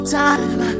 time